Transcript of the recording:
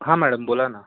हां मॅडम बोला ना